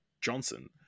Johnson